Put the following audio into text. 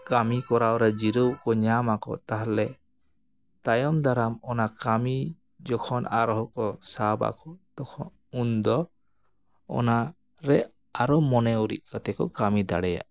ᱠᱟᱹᱢᱤ ᱠᱚᱨᱟᱣ ᱨᱮ ᱡᱤᱨᱟᱹᱣ ᱠᱚ ᱧᱟᱢ ᱟᱠᱚ ᱛᱟᱦᱞᱮ ᱛᱟᱭᱚᱢ ᱫᱟᱨᱟᱢ ᱚᱱᱟ ᱠᱟᱹᱢᱤ ᱡᱚᱠᱷᱚᱱ ᱟᱨᱦᱚᱸ ᱠᱚ ᱥᱟᱵ ᱟᱠᱚ ᱛᱚᱠᱷᱚᱱ ᱩᱱᱫᱚ ᱚᱱᱟᱨᱮ ᱟᱨᱚ ᱢᱚᱱᱮ ᱩᱨᱤᱡ ᱠᱟᱛᱮ ᱠᱚ ᱠᱟᱹᱢᱤ ᱫᱟᱲᱮᱭᱟᱜᱼᱟ